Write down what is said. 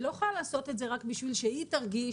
היא לא יכולה לעשות את זה רק בשביל שהיא תרגיש